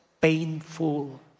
painful